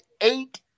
eight